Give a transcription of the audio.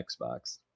Xbox